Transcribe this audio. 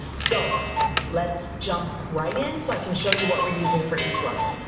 so let's jump right in so i can show you what we're using for each level.